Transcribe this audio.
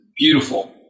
Beautiful